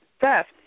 theft